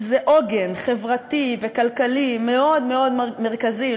זה עוגן חברתי וכלכלי מאוד מאוד מרכזי,